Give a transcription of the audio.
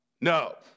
no